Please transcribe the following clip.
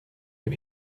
dem